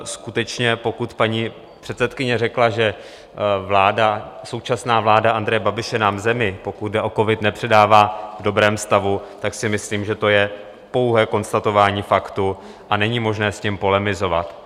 Skutečně pokud paní předsedkyně řekla, že současná vláda Andreje Babiše nám zemi, pokud jde o covid, nepředává v dobrém stavu, tak si myslím, že to je pouhé konstatování faktu a není možné s tím polemizovat.